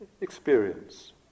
experience